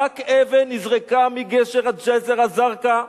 רק אבן נזרקה מגשר ג'סר-א-זרקא,